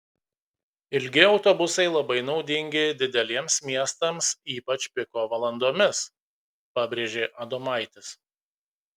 ilgi autobusai labai naudingi dideliems miestams ypač piko valandomis pabrėžė adomaitis